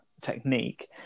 technique